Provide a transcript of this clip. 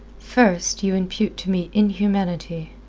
first you impute to me inhumanity,